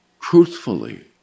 truthfully